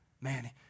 Man